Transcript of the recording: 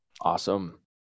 Awesome